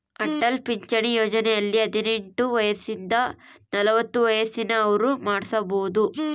ಅಟಲ್ ಪಿಂಚಣಿ ಯೋಜನೆಯಲ್ಲಿ ಹದಿನೆಂಟು ವಯಸಿಂದ ನಲವತ್ತ ವಯಸ್ಸಿನ ಅವ್ರು ಮಾಡ್ಸಬೊದು